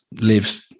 lives